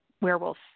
werewolf